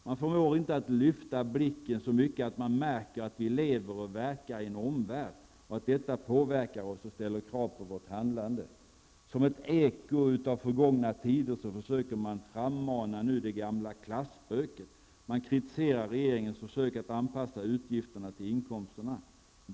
Man förmår inte lyfta blicken så pass mycket att man märker att det för oss som lever och verkar finns en omvärld. Detta påverkar oss och ställer krav på vårt handlande. Som ett eko från gångna tider försöker man nu frammana det gamla klasspöket. Man kritiserar regeringens försök att anpassa utgifterna till inkomsterna.